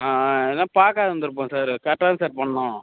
ஆ ஆ எதனா பார்க்காது இருந்துருப்போம் சார் கரெக்டாக தான் சார் பண்ணோம்